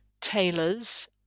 tailors